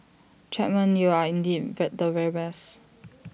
Chapman you are indeed the very best